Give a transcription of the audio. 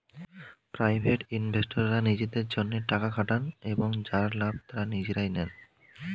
private ইনভেস্টররা নিজেদের জন্যে টাকা খাটান এবং যার লাভ তারা নিজেরাই নেন